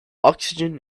oxygen